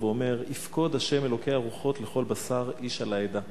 ואומר: "יפקֹד ה' אלוקי הרוחֹת לכל בשר איש על העדה".